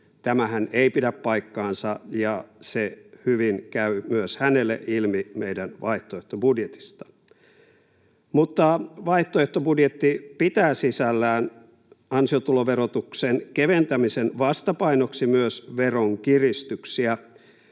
Tämähän ei pidä paikkaansa, ja se hyvin käy myös hänelle ilmi meidän vaihtoehtobudjetista. Mutta vaihtoehtobudjetti pitää sisällään ansiotuloverotuksen keventämisen vastapainoksi myös veronkiristyksiä.